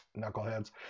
Knuckleheads